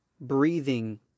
breathing